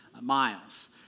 miles